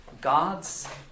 God's